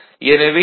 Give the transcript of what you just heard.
எனவே ஈ